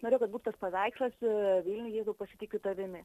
norėjau kad būt tas paveikslas vilniuje jėzau pasitikiu tavimi